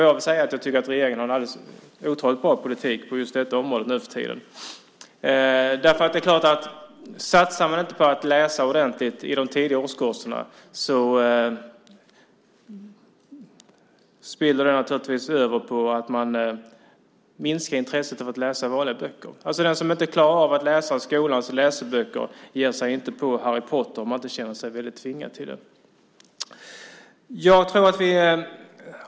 Jag tycker att regeringen har en alldeles otroligt bra politik på detta område nu för tiden. Om man inte satsar på att eleverna ska lära sig läsa ordentligt i de tidiga årskurserna får det naturligtvis till följd att de får ett minskat intresse av att läsa andra böcker än skolböcker. Den som inte klarar skolans läseböcker ger sig inte på Harry Potter om han inte känner sig tvingad till det.